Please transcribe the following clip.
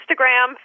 Instagram